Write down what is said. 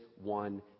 one